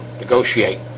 negotiate